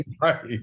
Right